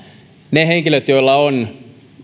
ne henkilöt joilla on